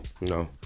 No